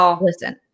listen